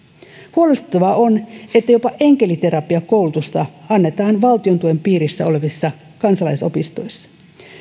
huolestuttavaa on että jopa enkeliterapiakoulutusta annetaan valtion tuen piirissä olevissa kansalaisopistoissa